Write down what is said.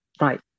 Right